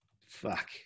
Fuck